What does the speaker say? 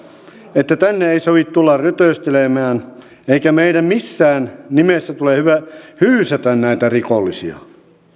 että tänne ei sovi tulla rötöstelemään eikä meidän missään nimessä tule hyysätä näitä rikollisia